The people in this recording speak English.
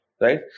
right